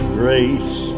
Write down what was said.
grace